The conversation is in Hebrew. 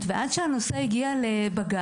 יש לכם משהו חשוב להגיד?